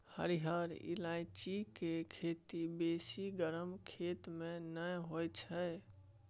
हरिहर ईलाइची केर खेती बेसी गरम खेत मे नहि होइ छै